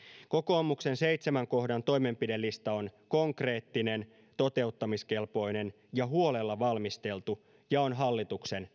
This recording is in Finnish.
kokoomuksen seitsemän kohdan toimenpidelista on konkreettinen toteuttamiskelpoinen huolella valmisteltu ja on hallituksen